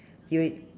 he al~